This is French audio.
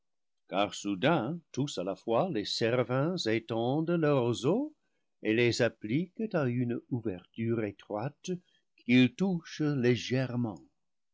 soudain tous à la fois les séraphins étendent leurs roseaux et les appliquent à une ouverture étroite qu'ils touchent légèrement